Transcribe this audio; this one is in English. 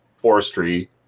forestry